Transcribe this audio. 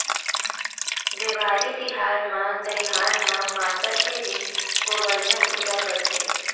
देवारी तिहार म दइहान म मातर के दिन गोबरधन पूजा करथे